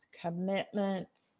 commitments